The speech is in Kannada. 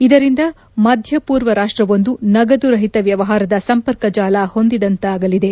ಇದರಿಂದ ಮಧ್ಯ ಪೂರ್ವ ರಾಷ್ಟವೊಂದು ನಗದು ರಹಿತ ವ್ಲವಹಾರದ ಸಂಪರ್ಕ ಜಾಲ ಹೊಂದಿದಂತಾಗಲಿದೆ